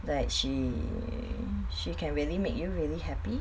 that she she can really make you really happy